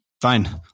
fine